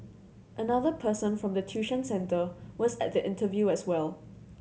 another person form the tuition centre was at the interview as well